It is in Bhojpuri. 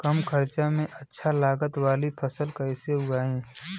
कम खर्चा में अच्छा लागत वाली फसल कैसे उगाई?